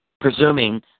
presuming